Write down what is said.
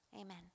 Amen